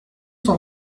cent